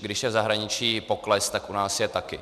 Když je v zahraničí pokles, tak u nás je taky.